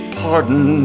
pardon